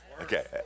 Okay